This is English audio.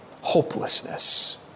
Hopelessness